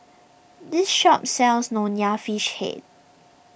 this shop sells Nonya Fish Head